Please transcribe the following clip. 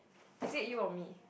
is it you or me